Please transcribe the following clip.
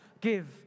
give